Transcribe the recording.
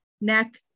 neck